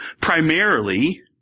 primarily